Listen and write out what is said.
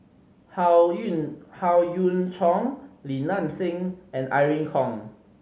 Howe Yoon Howe Yoon Chong Li Nanxing and Irene Khong